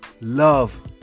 love